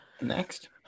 Next